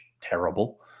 terrible